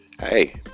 hey